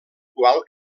qual